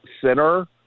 center